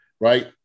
right